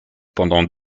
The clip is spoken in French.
pendant